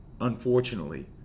unfortunately